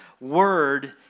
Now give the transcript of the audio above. word